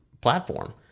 platform